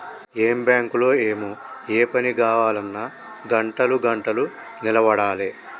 ఏం బాంకులో ఏమో, ఏ పని గావాల్నన్నా గంటలు గంటలు నిలవడాలె